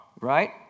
right